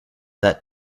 that